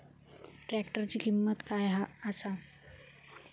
ट्रॅक्टराची किंमत काय आसा?